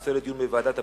הנושא לדיון בוועדת הפנים.